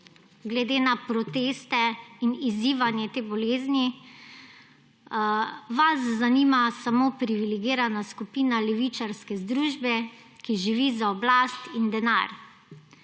glede na proteste in izzivanje te bolezni. Vas zanima samo privilegirana skupina levičarske združbe, ki živi za oblast in denar.